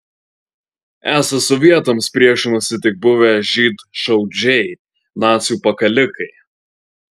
esą sovietams priešinosi tik buvę žydšaudžiai nacių pakalikai